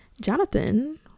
Jonathan